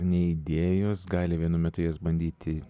nei įdėjos gali vienu metu jas bandyti